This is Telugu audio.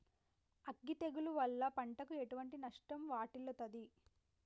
అగ్గి తెగులు వల్ల పంటకు ఎటువంటి నష్టం వాటిల్లుతది?